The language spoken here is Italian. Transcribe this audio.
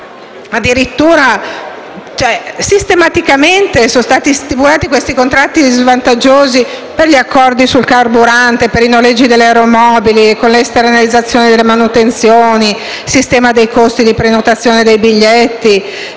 Sono stati sistematicamente stipulati dei contratti svantaggiosi per gli accordi sul carburante, per il noleggio degli aeromobili, per l'esternalizzazione delle manutenzioni, per il sistema dei costi di prenotazione dei biglietti